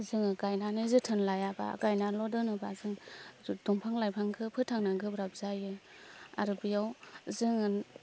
जोङो गायनानै जोथोन लायाबा गायनाल' दोनोबा जों दंफां लायफांखौ फोथांनो गोब्राब जायो आरो बेयाव जोङो